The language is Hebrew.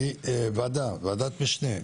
כוועדה, ועדת משנה,